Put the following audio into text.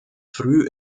früh